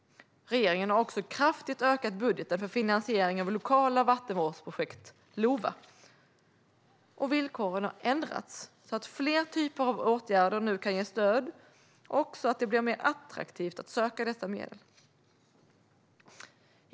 Regeringen har också ökat budgeten kraftigt för finansiering av lokala vattenvårdsprojekt, LOVA, och villkoren har ändrats så att fler typer av åtgärder nu kan ges stöd och så att det blir mer attraktivt att söka dessa medel.